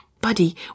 Buddy